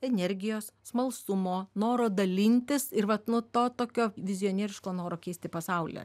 energijos smalsumo noro dalintis ir vat nu to tokio vizionieriško noro keisti pasaulį